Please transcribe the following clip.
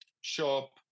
shop